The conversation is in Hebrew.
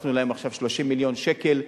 שהוספנו להם עכשיו 30 מיליון שקל,